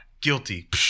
Guilty